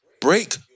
Break